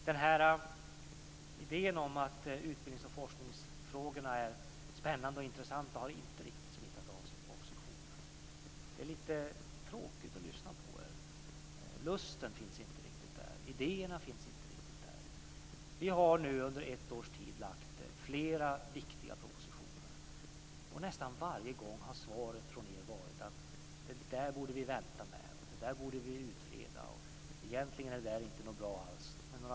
Den här idén om att utbildnings och forskningsfrågorna är spännande och intressanta har inte riktigt smittat av sig på oppositionen. Det är lite tråkigt att lyssna på er. Lusten finns inte riktigt där. Idéerna finns inte riktigt där. Vi har nu under ett års tid lagt fram flera viktiga propositioner och nästan varje gång har svaret från er varit: Det där borde vi vänta med. Det där borde vi utreda. Egentligen är det där inte något bra alls.